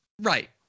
Right